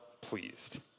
pleased